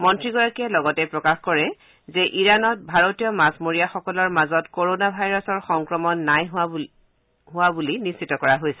মন্ত্ৰীগৰাকীয়ে লগতে প্ৰকাশ কৰে যে ইৰাণত ভাৰতীয় মাছমৰীয়াসকলৰ মাজত ক'ৰোণা ভাইৰাছৰ সংক্ৰমণ নাই হোৱা বুলি নিশ্চিত কৰা হৈছে